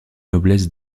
noblesse